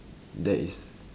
that is